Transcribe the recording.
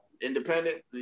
independent